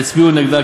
יצביעו נגדה,